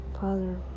Father